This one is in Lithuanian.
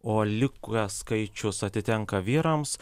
o likęs skaičius atitenka vyrams